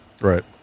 Right